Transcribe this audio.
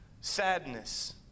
sadness